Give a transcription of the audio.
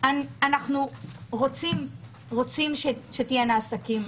אנחנו רוצים שיהיו עסקים,